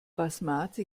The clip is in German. basmati